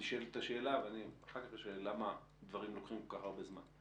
ונשאלת השאלה למה הדברים לוקחים כל כך הרבה זמן.